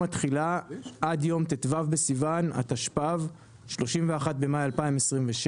התחילה עד יום ט"ו בסיוון התשפ"ו (31 מבמאי 2026)